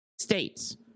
states